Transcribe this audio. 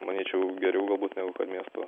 manyčiau geriau galbūt negu kad miesto